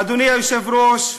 אדוני היושב-ראש,